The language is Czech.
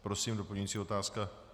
Prosím, doplňující otázka.